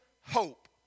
hope